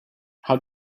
how